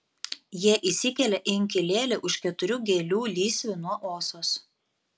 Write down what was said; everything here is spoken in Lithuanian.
jie įsikelia į inkilėlį už keturių gėlių lysvių nuo osos